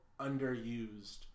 underused